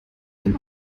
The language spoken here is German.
dem